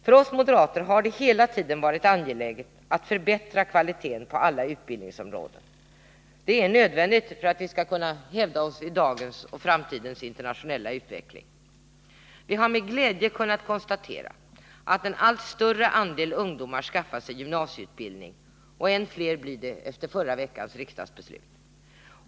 För oss moderater har det hela tiden varit angeläget att förbättra kvaliteten på alla utbildningsområden. Det är nödvändigt för att vi skall kunna hävda oss i dagens och framtidens internationella utveckling. Vi har med glädje kunnat konstatera att en allt större andel ungdomar skaffar sig gymnasieutbildning, och än fler blir det efter förra veckans riksdagsbeslut.